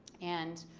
and